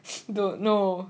I don't know